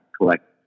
collect